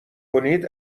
کنید